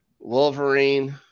Wolverine